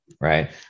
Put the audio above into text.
Right